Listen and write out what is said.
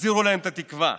תחזירו להם את התקווה,